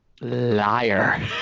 liar